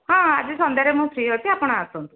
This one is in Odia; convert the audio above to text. ହଁ ଆଜି ସନ୍ଧ୍ୟାରେ ମୁଁ ଫ୍ରି ଅଛି ଆପଣ ଆସନ୍ତୁ